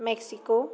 Mexico